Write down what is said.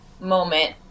moment